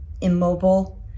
immobile